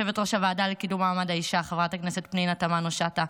יושבת-ראש הוועדה לקידום מעמד האישה חברת הכנסת פנינה תמנו שטה,